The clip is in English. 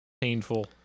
Painful